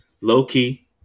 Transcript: low-key